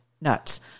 nuts